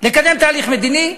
לקדם תהליך מדיני?